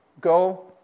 Go